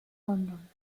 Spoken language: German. london